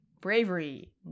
bravery